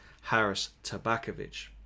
Harris-Tabakovic